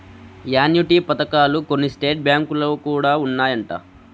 annuity పథకాలు కొన్ని state బ్యాంకులో కూడా ఉన్నాయంట